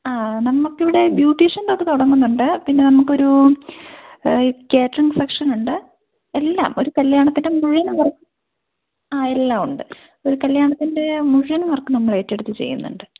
ആ നമുക്ക് ഇവിടെ ബ്യൂട്ടീഷൻ തൊട്ട് തുടങ്ങുന്നുണ്ട് പിന്നെ നമുക്ക് ഒരു കാറ്ററിംഗ് സെക്ഷൻ ഉണ്ട് എല്ലാം ഒരു കല്ല്യാണത്തിൻ്റെ മുഴുവൻ വർക്ക് ആ എല്ലാം ഉണ്ട് ഒരു കല്ല്യാണത്തിൻ്റെ മുഴുവൻ വർക്ക് നമ്മൾ ഏറ്റെടുത്ത് ചെയ്യുന്നുണ്ട്